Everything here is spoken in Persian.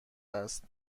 است